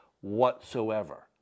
whatsoever